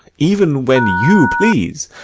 even when you please,